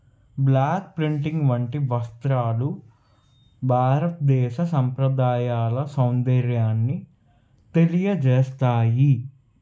black printing వంటి వస్త్రాలు భారతదేశ సంప్రదాయాల సౌందర్యాన్ని తెలియజేస్తాయి